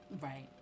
right